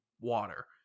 water